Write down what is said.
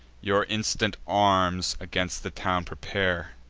your instant arms against the town prepare,